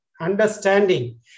understanding